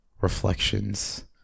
reflections